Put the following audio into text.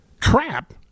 crap